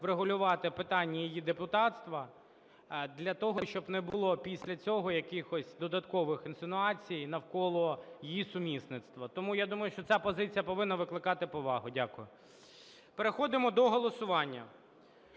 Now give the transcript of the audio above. врегулювати питання її депутатства, для того, щоб не було після цього якихось додаткових інсинуацій навколо її сумісництва. Тому я думаю, що ця позиція повинна викликати повагу. Дякую. Переходимо до голосування.